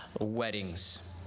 weddings